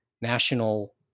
national